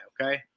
okay